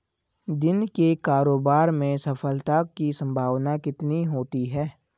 दिन के कारोबार में सफलता की संभावना कितनी होती है?